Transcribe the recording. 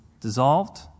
dissolved